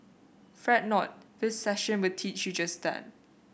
fret not this session will teach you just that